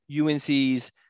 UNC's